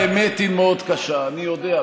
האמת היא מאוד קשה, אני יודע.